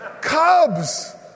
Cubs